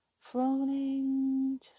floating